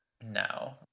No